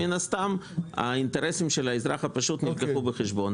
מן הסתם האינטרסים של האזרח הפשוט נלקחו בחשבון.